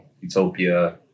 Utopia